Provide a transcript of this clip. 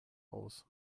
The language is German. aus